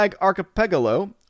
Archipelago